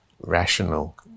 rational